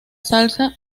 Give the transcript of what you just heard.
salsa